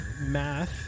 math